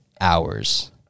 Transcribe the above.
hours